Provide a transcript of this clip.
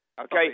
Okay